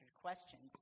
questions